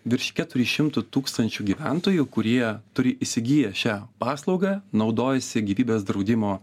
virš keturi šimtų tūkstančių gyventojų kurie turi įsigiję šią paslaugą naudojasi gyvybės draudimo